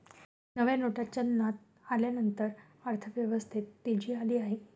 नव्या नोटा चलनात आल्यानंतर अर्थव्यवस्थेत तेजी आली आहे